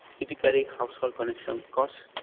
typically, household connection cost,